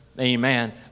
Amen